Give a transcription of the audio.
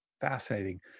Fascinating